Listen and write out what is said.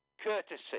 Courtesy